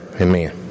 Amen